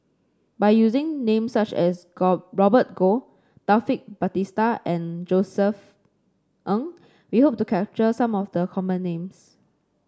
by using names such as Robert Goh Taufik Batisah and Josef Ng we hope to capture some of the common names